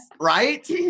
Right